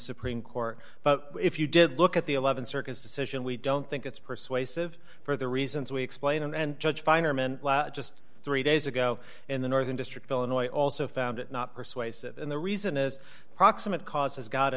supreme court but if you did look at the th circuit decision we don't think it's persuasive for the reasons we explain and judge feinerman just three days ago in the northern district of illinois also found it not persuasive and the reason is proximate cause has go